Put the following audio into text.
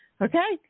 Okay